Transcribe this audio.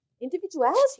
individuality